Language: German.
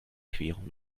querung